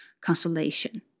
consolation